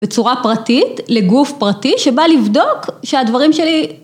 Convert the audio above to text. בצורה פרטית לגוף פרטי שבא לבדוק שהדברים שלי.